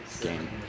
game